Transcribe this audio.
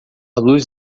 luz